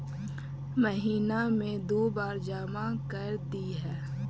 महिना मे दु बार जमा करदेहिय?